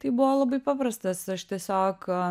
tai buvo labai paprastas aš tiesiog